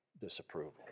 disapproval